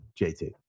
JT